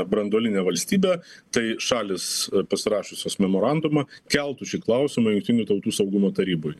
branduolinė valstybė tai šalys pasirašiusios memorandumą keltų šį klausimą jungtinių tautų saugumo taryboj